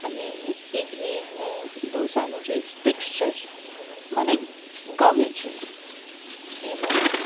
અને ઇડલીને ઢોંસાનું છે ટેક્સ્ટચર મને ગમે છે એ મને